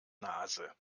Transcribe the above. nase